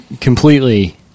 completely